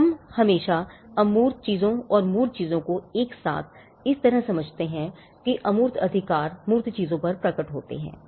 तो हम हमेशा अमूर्त चीजों और मूर्त चीजों को एक साथ इस तरह से समझते हैं कि अमूर्त अधिकार मूर्त चीजों पर प्रकट होते हैं